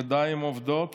ידיים עובדות